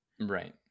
right